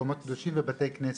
מקומות קדושים ובתי כנסת.